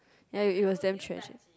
ya it it was damn tragic